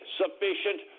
sufficient